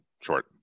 short